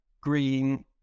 green